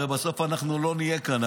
הרי בסוף אנחנו לא נהיה כאן,